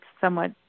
somewhat